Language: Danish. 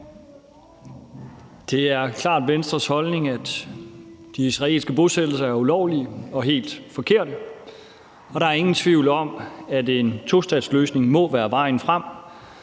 Det er klart Venstres holdning, at de israelske bosættelser er ulovlige og helt forkerte, og der er ingen tvivl om, at en tostatsløsning må være vejen frem.